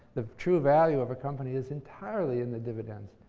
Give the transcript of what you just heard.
the true value of a company is entirely in the dividends.